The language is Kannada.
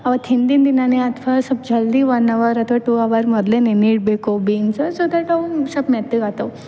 ಅವತ್ತು ಹಿಂದಿನ ದಿನಾನೇ ಅಥ್ವ ಸೊಲ್ಪ್ ಜಲ್ದಿ ಒನ್ ಅವರ್ ಅಥ್ವ ಟೂ ಅವರ್ ಮೊದಲೇ ನೆನೆ ಇಡ್ಬೇಕು ಬೀನ್ಸ್ ಸೊ ದಟ್ ಅವು ಸೊಲ್ಪ್ ಮೆತ್ತಗೆ ಆಗ್ತಾವೆ